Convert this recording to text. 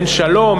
אין שלום,